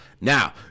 Now